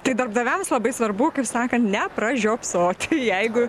tai darbdaviams labai svarbu kaip sakant nepražiopsoti jeigu